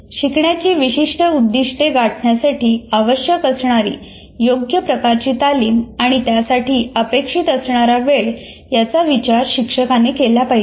शिकण्याची विशिष्ट उद्दिष्टे गाठण्यासाठी आवश्यक असणारी योग्य प्रकारची तालीम आणि त्यासाठी अपेक्षित असणारा वेळ याचा विचार शिक्षकाने केला पाहिजे